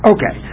Okay